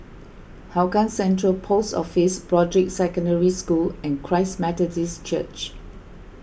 Hougang Central Post Office Broadrick Secondary School and Christ Methodist Church